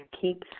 keeps